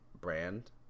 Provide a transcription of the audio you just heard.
brand